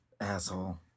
Asshole